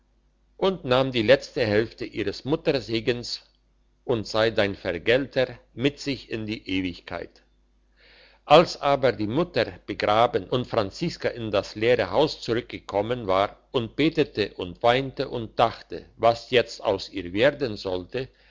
und nahm die letzte hälfte ihres muttersegens und sei dein vergelter mit sich in die ewigkeit als aber die mutter begraben und franziska in das leere haus zurückgekommen war und betete und weinte und dachte was jetzt aus ihr werden sollte